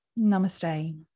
Namaste